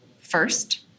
first